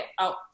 out